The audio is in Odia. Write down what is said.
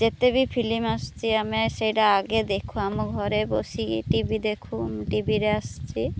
ଯେତେ ବି ଫିଲିମ ଆସୁଛି ଆମେ ସେଇଟା ଆଗେ ଦେଖୁ ଆମ ଘରେ ବସିକି ଟିଭି ଦେଖୁ ମୁ ଟିଭିରେ ଆସୁଛି